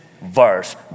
verse